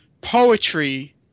poetry